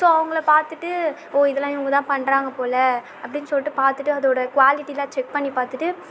so அவங்கள பார்த்துட்டு ஓ இதலாம் இவங்க தான் பண்ணுறாங்க போல அப்படின்னு சொல்லிட்டு பார்த்துட்டு அதோட குவாலிட்டிலாம் செக் பண்ணி பார்த்துட்டு